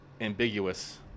ambiguous